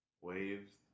waves